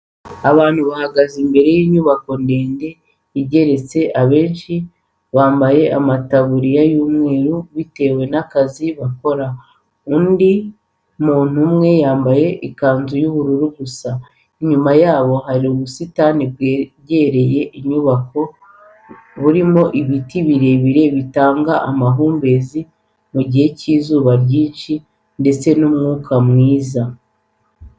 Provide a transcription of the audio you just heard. Abantu bahagaze imbere y'inyubako ndende igeretse abenshi bambaye amataburiya y'umweru bitewe n'akazi bakora, undi muntu umwe yambaye ikanzu y'ubururu gusa, inyuma yabo hari ubusitani bwegereye inyubako burimo ibiti birebire bitanga amahumbezi mu gihe cy'izuba ryinshi ndetse n'umwuka mwiza.